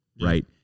Right